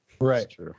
right